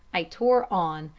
i tore on,